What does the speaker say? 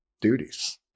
duties